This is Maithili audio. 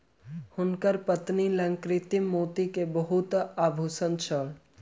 हुनकर पत्नी लग कृत्रिम मोती के बहुत आभूषण छल